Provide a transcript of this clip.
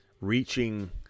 reaching